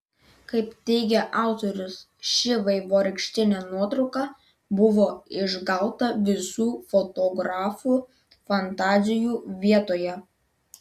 kaip teigia autorius ši vaivorykštinė nuotrauka buvo išgauta visų fotografų fantazijų vietoje